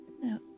No